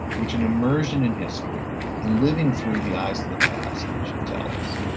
which an immersion in history and living through the eyes of the past should tell us.